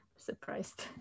surprised